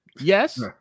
Yes